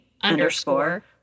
underscore